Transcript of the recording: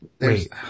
wait